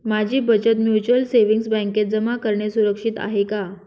माझी बचत mutual savings बँकेत जमा करणे सुरक्षित आहे का